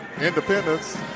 Independence